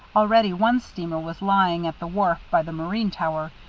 already one steamer was lying at the wharf by the marine tower,